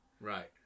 Right